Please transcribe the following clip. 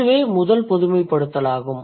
இதுவே முதல் பொதுமைப்படுத்தல் ஆகும்